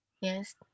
Yes